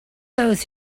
those